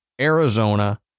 Arizona